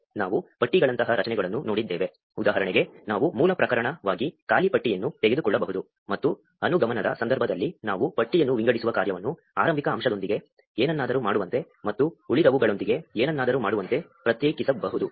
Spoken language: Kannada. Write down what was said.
ನಾವು ಪಟ್ಟಿಗಳಂತಹ ರಚನೆಗಳನ್ನು ನೋಡಿದ್ದೇವೆ ಉದಾಹರಣೆಗೆ ನಾವು ಮೂಲ ಪ್ರಕರಣವಾಗಿ ಖಾಲಿ ಪಟ್ಟಿಯನ್ನು ತೆಗೆದುಕೊಳ್ಳಬಹುದು ಮತ್ತು ಅನುಗಮನದ ಸಂದರ್ಭದಲ್ಲಿ ನಾವು ಪಟ್ಟಿಯನ್ನು ವಿಂಗಡಿಸುವ ಕಾರ್ಯವನ್ನು ಆರಂಭಿಕ ಅಂಶದೊಂದಿಗೆ ಏನನ್ನಾದರೂ ಮಾಡುವಂತೆ ಮತ್ತು ಉಳಿದವುಗಳೊಂದಿಗೆ ಏನನ್ನಾದರೂ ಮಾಡುವಂತೆ ಪ್ರತ್ಯೇಕಿಸಬಹುದು